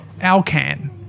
Alcan